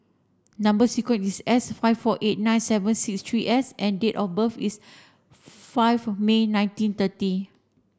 number sequence is S five four eight nine seven six three S and date of birth is five May nineteen thirty